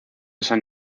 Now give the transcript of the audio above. san